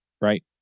right